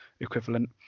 equivalent